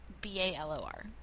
B-A-L-O-R